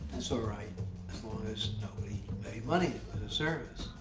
so right as long as nobody made money for the service.